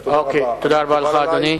תודה רבה לך, אדוני.